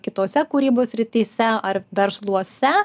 kitose kūrybos srityse ar versluose